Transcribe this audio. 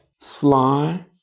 sly